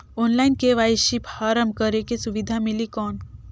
Online KYC form करेके सुविधा मिली कौन?